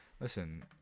Listen